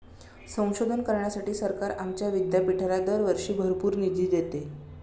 संशोधन करण्यासाठी सरकार आमच्या विद्यापीठाला दरवर्षी भरपूर निधी देते